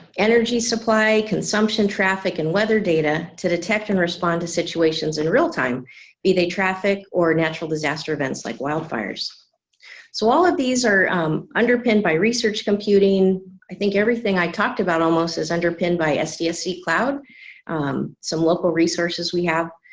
energy supply consumption traffic and weather data to detect and respond to situations in real time be they traffic or natural disaster events like wildfires so all of these are underpinned by research computing i think everything i talked about almost is underpinned by sdsc cloud some local resources we have.